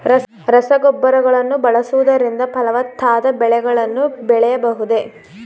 ರಸಗೊಬ್ಬರಗಳನ್ನು ಬಳಸುವುದರಿಂದ ಫಲವತ್ತಾದ ಬೆಳೆಗಳನ್ನು ಬೆಳೆಯಬಹುದೇ?